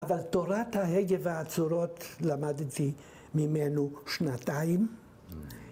‫אבל תורת ההגה והצורות, ‫למדתי ממנו שנתיים.